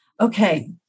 Okay